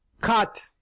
cut